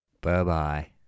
Bye-bye